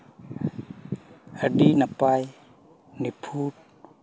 ᱟᱹᱰᱤ ᱱᱟᱯᱟᱭ ᱱᱤᱯᱷᱩᱴ